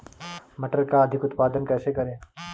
मटर का अधिक उत्पादन कैसे करें?